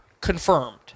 confirmed